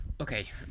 Okay